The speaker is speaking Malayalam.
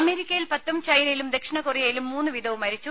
അമേരിക്കയിൽ പത്തും ചൈനയിലും ദക്ഷിണ കൊറിയയിലും മൂന്നു വീതവും മരിച്ചു